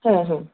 হ্যাঁ হ্যাঁ